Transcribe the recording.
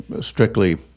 strictly